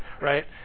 right